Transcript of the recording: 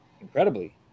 incredibly